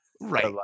Right